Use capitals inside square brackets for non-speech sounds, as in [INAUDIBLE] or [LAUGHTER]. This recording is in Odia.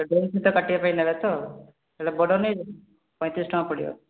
[UNINTELLIGIBLE] କାଟିବା ପାଇଁ ନେବେତ ସେଟା ବଡ଼ ନେଇଯାଅ ପଇଁତିରିଶ ଟଙ୍କା ପଡ଼ିବ